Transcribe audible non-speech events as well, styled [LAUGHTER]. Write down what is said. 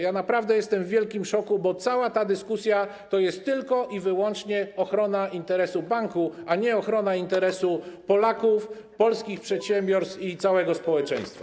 Ja naprawdę jestem w wielkim szoku, bo cała ta dyskusja to jest tylko i wyłącznie ochrona interesów banków, a nie ochrona interesów Polaków, [NOISE] polskich przedsiębiorstw i całego społeczeństwa.